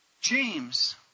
James